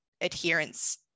adherence